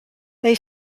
they